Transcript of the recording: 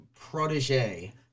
protege